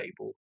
table